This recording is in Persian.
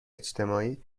اجتماعی